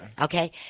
Okay